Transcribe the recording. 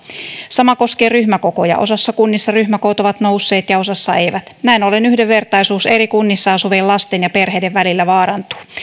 sama koskee ryhmäkokoja osassa kunnista ryhmäkoot ovat nousseet ja osassa eivät näin ollen yhdenvertaisuus eri kunnissa asuvien lasten ja perheiden välillä vaarantuu